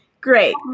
great